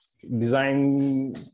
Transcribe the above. design